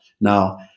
now